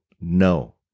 No